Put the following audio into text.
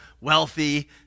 wealthy